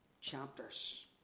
chapters